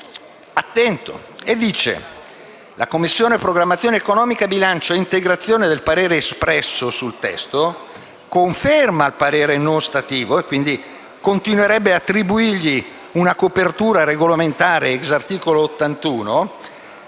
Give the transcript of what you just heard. la Commissione programmazione economica e bilancio, ad integrazione del parere espresso sul testo, conferma il parere non ostativo, e quindi continuerebbe ad attribuirgli una copertura regolamentare *ex* articolo 81,